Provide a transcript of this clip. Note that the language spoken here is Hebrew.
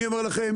אני אומר לכם,